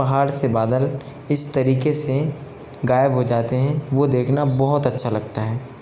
पहाड़ से बादल इस तरीके सें गायब हो जाते हैं वह देखना बहुत अच्छा लगता है